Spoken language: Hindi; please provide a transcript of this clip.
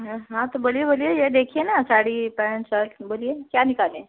हाँ तो बोलिए बोलिए ये देखिए ना साड़ी पैंट शर्ट बोलिए क्या निकालें